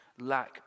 lack